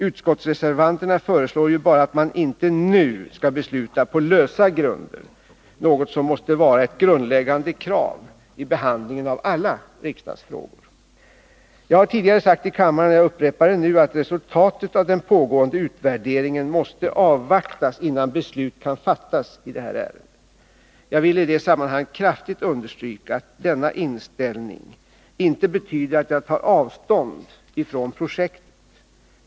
Utskottsreservanterna föreslår ju bara att man inte nu skall besluta på lösa grunder, något som måste vara ett grundläggande krav vid behandlingen av alla riksdagsfrågor. Jag har tidigare sagt i kammaren, och jag upprepar det nu, att resultatet av den pågående utvärderingen måste avvaktas, innan beslut kan fattas i det här ärendet. Jag vill i det sammanhanget kraftigt understryka att denna inställning inte betyder att jag tar avstånd från projektet.